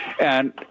And-